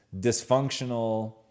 dysfunctional